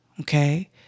Okay